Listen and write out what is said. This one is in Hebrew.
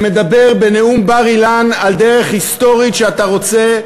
שמדבר בנאום בר-אילן על דרך היסטורית שאתה רוצה להוביל.